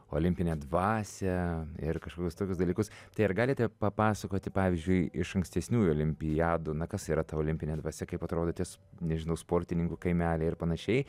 olimpinę dvasią ir nuostabius dalykus tai ar galite papasakoti pavyzdžiui iš ankstesniųjų olimpiadų na kas yra ta olimpinė dvasia kaip atodo tie nežinau sportininkų kaimeliai ir panašiai